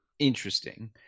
interesting